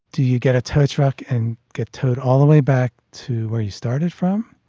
do you get a tow truck and get towed all the way back to where you started from?